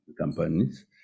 companies